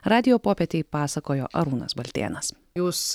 radijo popietei pasakojo arūnas baltėnas jūs